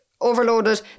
overloaded